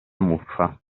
muffa